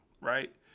Right